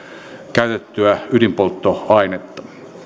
käytettyä ydinpolttoainetta